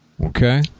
Okay